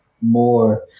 more